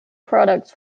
products